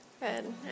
Good